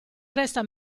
resta